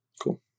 Cool